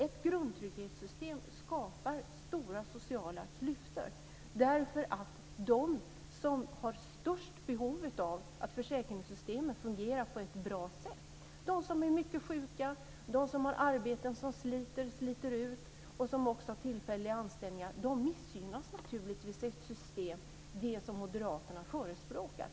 Ett grundtrygghetssystem skapar stora sociala klyftor eftersom de som har störst behov av att försäkringssystemet fungerar på ett bra sätt, de som är mycket sjuka, de som har arbeten som sliter ut och som har tillfälliga anställningar, naturligtvis missgynnas i det system som moderaterna förespråkar.